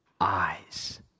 Eyes